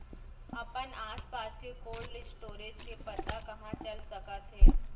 अपन आसपास के कोल्ड स्टोरेज के पता कहाँ चल सकत हे?